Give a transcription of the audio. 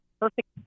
perfect